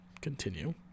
Continue